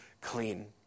clean